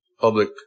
public